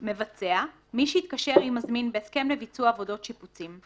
"מבצע" מי שהתקשר עם מזמין בהסכם לביצוע עבודות שיפוצים,